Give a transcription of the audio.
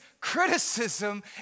criticism